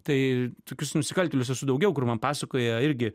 tai tokius nusikaltėlius esu daugiau kur man pasakojo irgi